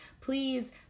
Please